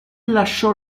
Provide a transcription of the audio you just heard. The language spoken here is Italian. lasciò